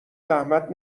زحمت